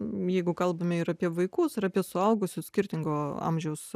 mygu kalbame ir apie vaikus ir apie suaugusius skirtingo amžiaus